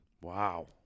Wow